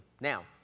Now